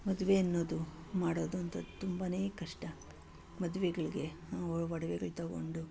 ಮದುವೆ ಅನ್ನೋದು ಮಾಡೋದಂತೂ ತುಂಬನೇ ಕಷ್ಟ ಮದುವೆಗಳಿಗೆ ಒಡ್ವೆಗಳು ತೊಗೊಂಡು